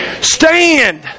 Stand